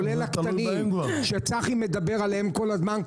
כולל הקטנים שצחי מדבר עליהם כל הזמן,